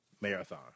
marathon